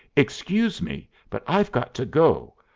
excuse me, but i've got to go.